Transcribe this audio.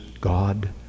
God